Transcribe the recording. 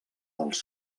dels